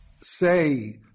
say